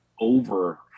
over